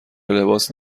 لباس